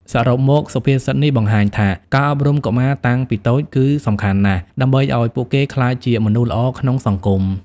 សរុបមកសុភាសិតនេះបង្ហាញថា ការអប់រំកុមារតាំងពីតូចគឺសំខាន់ណាស់ដើម្បីឲ្យពួកគេក្លាយជាមនុស្សល្អក្នុងសង្គម។